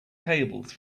tables